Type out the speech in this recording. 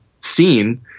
seen